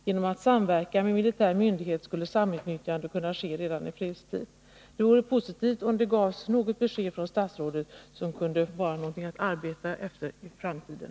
Genom att samverka med militär myndighet skulle samutnyttjande kunna ske redan i fredstid. Det vore positivt om det gavs något besked från statsrådet, som kunde vara någonting att arbeta efter i framtiden.